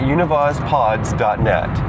UnivazPods.net